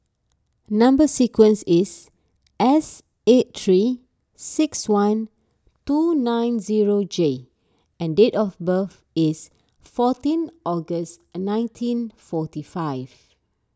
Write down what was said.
Number Sequence is S eight three six one two nine zero J and date of birth is fourteen August and nineteen forty five